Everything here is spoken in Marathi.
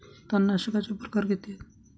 तणनाशकाचे प्रकार किती आहेत?